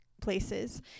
places